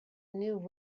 new